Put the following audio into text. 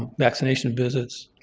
ah vaccination visits.